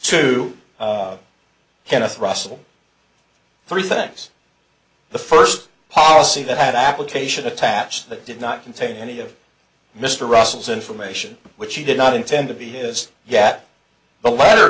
kenneth russell three things the first policy that had application attached that did not contain any of mr russell's information which he did not intend to be his yet the letter